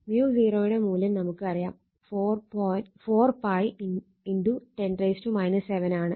µ0 യുടെ മൂല്യം നമുക്കറിയാം 4 𝜋 10 7 ആണ്